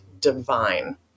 divine